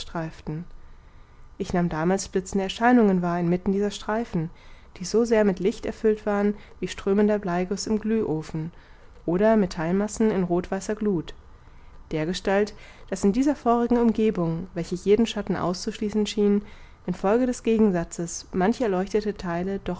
ich nahm damals blitzende erscheinungen wahr inmitten dieser streifen die so sehr mit licht erfüllt waren wie strömender bleiguß im glühofen oder metallmassen in rothweißer gluth dergestalt daß in dieser feurigen umgebung welche jeden schatten auszuschließen schien in folge des gegensatzes manche erleuchtete